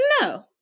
No